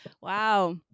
Wow